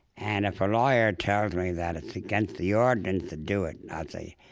and if a lawyer tells me that it's against the ordinance to do it, i'll say,